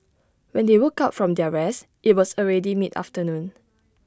when they woke up from their rest IT was already mid afternoon